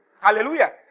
Hallelujah